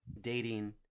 dating